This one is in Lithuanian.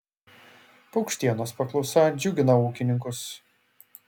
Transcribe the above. paukštienos paklausa džiugina ūkininkus